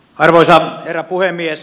arvoisa herra puhemies